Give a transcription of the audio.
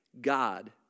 God